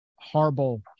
horrible